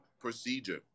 procedure